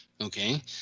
Okay